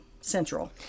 Central